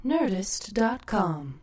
Nerdist.com